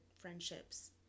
friendships